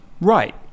Right